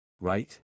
Right